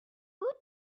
woot